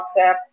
whatsapp